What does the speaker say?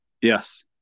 Yes